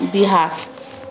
Bihar